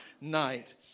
night